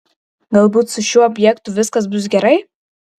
galbūt su šiuo objektu viskas bus gerai